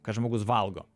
kad žmogus valgo